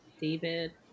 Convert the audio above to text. David